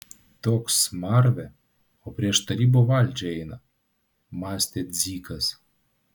toks smarvė o prieš tarybų valdžią eina mąstė dzikas